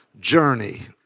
journey